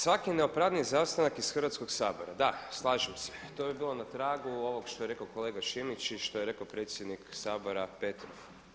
Svaki neopravdani izostanak iz Hrvatskog sabora, da slažem se to bi bilo na tragu ovoga što je rekao kolega Šimić i što je rekao predsjednik Sabora Petrov.